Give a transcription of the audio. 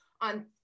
on